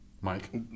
Mike